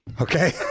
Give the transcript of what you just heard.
Okay